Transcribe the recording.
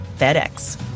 FedEx